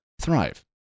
thrive